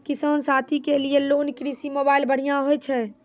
किसान साथी के लिए कोन कृषि मोबाइल बढ़िया होय छै?